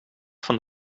van